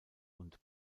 und